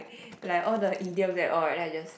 like all the idioms and all right like I just